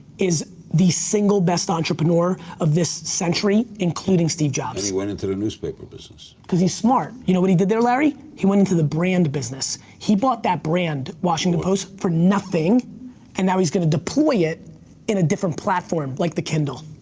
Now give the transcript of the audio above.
is the single best entrepreneur of this century including steve jobs. and he went into the newspaper business. because he's smart. you know what he did there larry? he went into the brand business. he bought that brand, washington post, for nothing and now he's gonna deploy it in a different platform like the kindle.